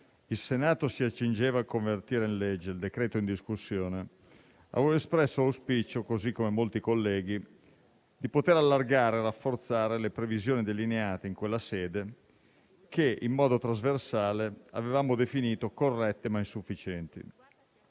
il Senato si accingeva a convertire in legge il decreto-legge in discussione, avevo espresso l'auspicio, come molti colleghi, di poter allargare e rafforzare le previsioni delineate in quella sede che, in modo trasversale, avevamo definito corrette, ma insufficienti.